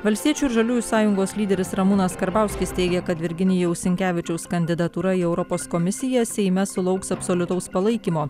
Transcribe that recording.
valstiečių ir žaliųjų sąjungos lyderis ramūnas karbauskis teigia kad virginijaus sinkevičiaus kandidatūra į europos komisiją seime sulauks absoliutaus palaikymo